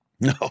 No